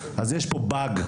אז יש פה באג.